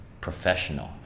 professional